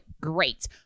Great